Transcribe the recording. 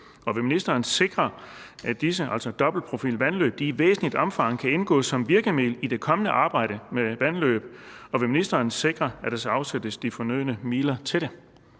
og vil ministeren sikre, at disse, altså dobbeltprofilvandløb, i væsentligt omfang kan indgå som virkemiddel i det kommende arbejde med vandløb, og vil ministeren sikre, at der afsættes de fornødne midler til det?